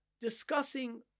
discussing